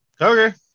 Okay